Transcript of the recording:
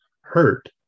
hurt